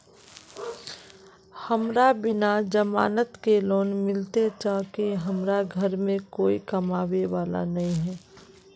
हमरा बिना जमानत के लोन मिलते चाँह की हमरा घर में कोई कमाबये वाला नय है?